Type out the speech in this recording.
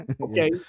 Okay